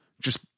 just-